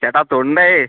ചേട്ടാ തൊണ്ടേ